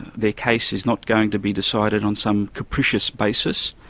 their case is not going to be decided on some capricious basis,